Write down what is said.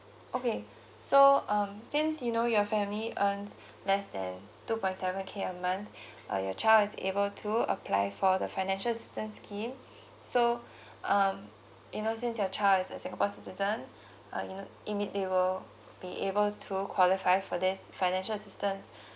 okay so um since you know your family earns less than two point seven k a month uh your child is able to apply for the financial assistance scheme so um you know since your child is a singapore citizen uh you know it mean they will be able to qualify for this financial assistance